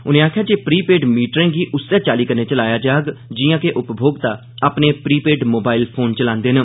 उनें आक्खेआ जे प्री पेड मीटरें गी उस्सै चाल्ली कन्नै चलाया जाग जिआं जे उपभोक्ता अपने प्री पेड मोबाइल फोन चलांदे न